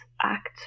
Act